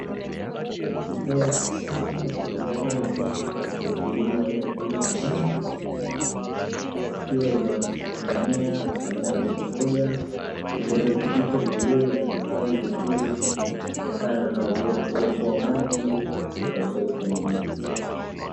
Kitalu cha kisasa cha bustani ya kilimo aina ya kilimo cha maji, ikiwa na mimea aina ya mbogamboga iliyorutubishwa vizuri na kustawi vizuri kutokana na uwepo wa maji katika bustani hiyo.